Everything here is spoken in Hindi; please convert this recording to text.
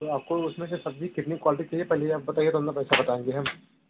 तो आपको उसमें से सब्ज़ी कितनी क्वालिटी की चाहिए पहले आप बताइए तब ना पैसा बताएँगे हम